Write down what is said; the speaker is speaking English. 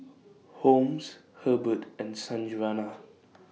Holmes Herbert and Sanjuana